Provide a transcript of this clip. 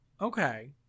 okay